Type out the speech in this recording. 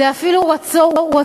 זה אפילו רצוי.